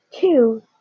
Two